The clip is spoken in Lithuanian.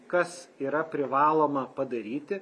kas yra privaloma padaryti